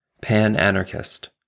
Pan-Anarchist